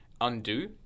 undo